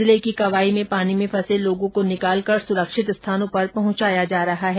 जिले की कवाई में पानी मे फंसे लोगों को निकालकर सुरक्षित स्थानों पर पहंचाया जा रहा है